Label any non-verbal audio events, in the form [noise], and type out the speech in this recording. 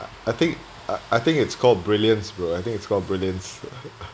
I think I think it's called brilliance bro I think it's called brilliance [laughs]